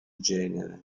genere